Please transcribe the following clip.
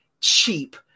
cheap